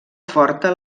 forta